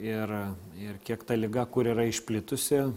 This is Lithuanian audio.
ir ir kiek ta liga kur yra išplitusi